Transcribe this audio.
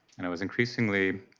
and it was increasing like